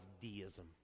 deism